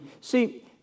See